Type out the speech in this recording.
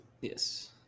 Yes